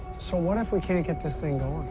so what if we can't get this thing going?